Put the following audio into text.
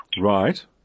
Right